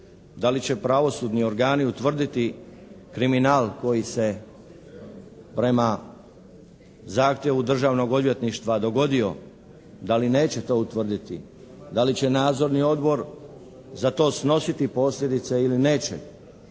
da li će pravosudni organi utvrditi kriminal koji se prema zahtjevu Državnog odvjetništva dogodio, da li neće to utvrditi, da li će nadzorni odbor za to snositi posljedice ili neće